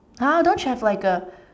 !huh! don't you have like a